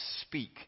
speak